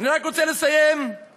אני רק רוצה לסיים בפסוק